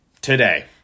today